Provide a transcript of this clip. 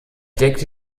deckte